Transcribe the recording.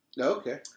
Okay